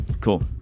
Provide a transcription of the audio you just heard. cool